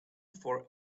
for